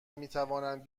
میتوانند